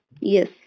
Yes